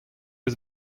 eus